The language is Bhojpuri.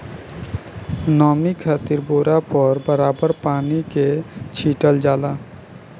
नमी खातिर बोरा पर बराबर पानी के छीटल जाला